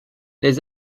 les